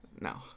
No